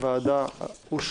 הוועדה אושרה.